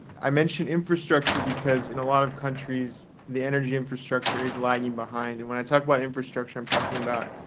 i mention infrastructure because in a lot of countries the energy infrastructure is lagging behind. and when i talk about infrastructure, i'm talking about